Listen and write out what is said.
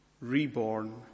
reborn